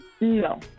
No